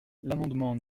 l’amendement